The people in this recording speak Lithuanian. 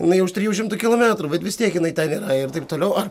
jinai už trijų šimtų kilometrų bet vis tiek jinai ten yra ir taip toliau ar